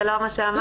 זה לא מה שאמרתי.